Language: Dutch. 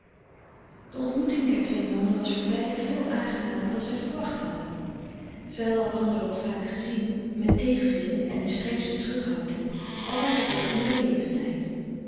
de ontmoeting der twee mannen was voor beiden veel aangenamer dan zij verwacht hadden zij hadden elkander wel vaak gezien met tegenzin en de strengste terughouding al ware het ook in